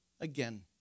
again